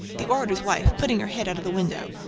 the orator's wife, putting her head out of the window,